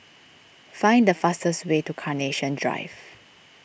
find the fastest way to Carnation Drive